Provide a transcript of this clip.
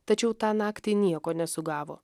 tačiau tą naktį nieko nesugavo